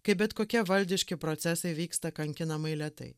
kai bet kokie valdiški procesai vyksta kankinamai lėtai